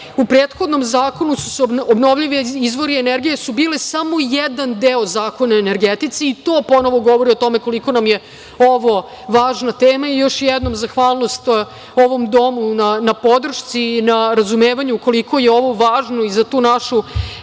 U prethodnom zakonu su obnovljivi izvori energije bili samo jedan deo Zakona o energetici i to ponovo govori o tome koliko nam je ovo važna tema i još jednom zahvalnost ovom domu na podršci i na razumevanju koliko je ovo važno i za tu našu